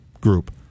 group